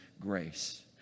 grace